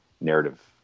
narrative